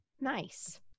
Nice